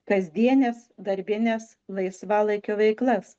kasdienes darbines laisvalaikio veiklas